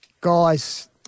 guys